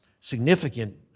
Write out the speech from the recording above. significant